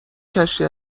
کشتی